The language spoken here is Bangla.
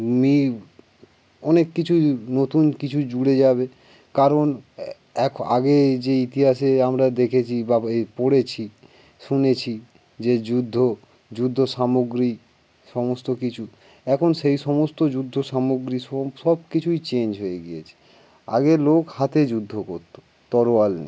মি অনেক কিছুই নতুন কিছু জুড়ে যাবে কারণ এখন আগে যে ইতিহাসে আমরা দেখেছি বা পড়েছি শুনেছি যে যুদ্ধ যুদ্ধ সামগ্রী সমস্ত কিছু এখন সেই সমস্ত যুদ্ধ সামগ্রী সব কিছুই চেঞ্জ হয়ে গিয়েছে আগে লোক হাতে যুদ্ধ করতো তরোয়াল দিয়ে